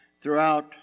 Throughout